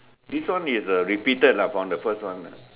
this one is uh repeated lah from the first one ah